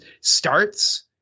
starts